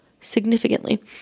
significantly